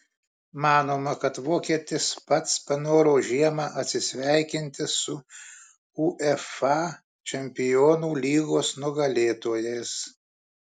manoma kad vokietis pats panoro žiemą atsisveikinti su uefa čempionų lygos nugalėtojais